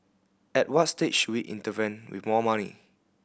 at what stage should we intervene with more money